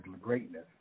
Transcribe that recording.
greatness